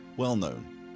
well-known